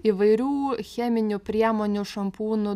įvairių cheminių priemonių šampūnų